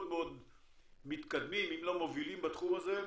מאוד מתקדמים אם לא מובילים בתחום הזה.